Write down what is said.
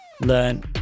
learn